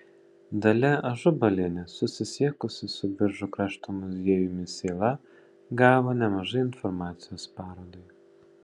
dalia ažubalienė susisiekusi su biržų krašto muziejumi sėla gavo nemažai informacijos parodai